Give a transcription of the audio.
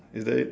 is there